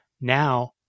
now